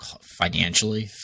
financially